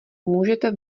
můžete